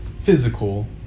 physical